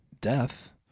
death